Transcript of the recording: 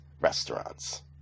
restaurants